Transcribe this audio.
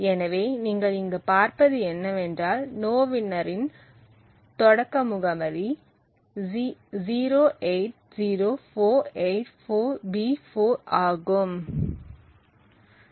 எனவே நீங்கள் இங்கு பார்ப்பது என்னவென்றால் நோவின்னரின் தொடக்க முகவரி 080484B4 ஆகும்